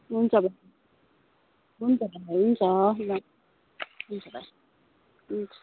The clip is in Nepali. हुन्छ भाइ हुन्छ भाइ हुन्छ ल हुन्छ बाइ हुन्छ